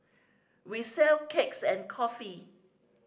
we sell cakes and coffee